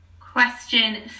Question